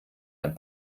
ein